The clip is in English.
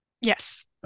Yes